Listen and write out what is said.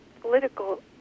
political